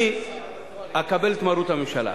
אני אקבל את מרות הממשלה.